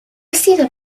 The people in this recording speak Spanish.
sido